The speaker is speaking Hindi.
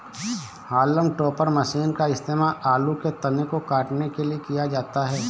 हॉलम टोपर मशीन का इस्तेमाल आलू के तने को काटने के लिए किया जाता है